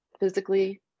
physically